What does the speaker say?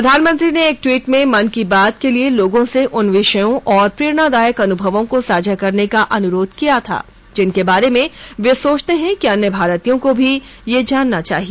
प्रधानमंत्री ने एक ट्वीट में मन की बात के लिए लोगों से उन विषयों और प्रेरणादायक अनुभवों को साझा करने करने का अनुरोध किया था जिनके बारे में वे सोचते हैं कि अन्य भारतीयों को भी यह जानना चाहिए